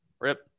Rip